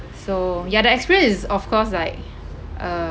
so ya the experience is of course like uh